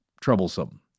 troublesome